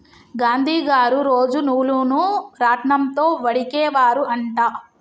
గాంధీ గారు రోజు నూలును రాట్నం తో వడికే వారు అంట